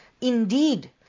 indeed